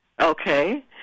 okay